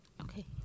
Okay